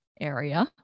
area